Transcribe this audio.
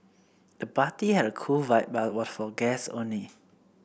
the party had a cool vibe but was for guests only